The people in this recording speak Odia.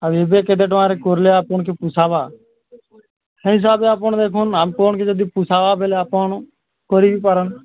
ଆଉ ଏବେ କେତେ ଟଙ୍କାରେ କର୍ଲେ ଆପଣ୍କେ ପୋଷାବା ସେ ହିସାବେ ଆପଣ୍ ଦେଖୁନ୍ ଆପଣକେ ଯଦି ପୋଷାବା ବେଲେ ଆପଣ୍ କରି ବି ପାରନ୍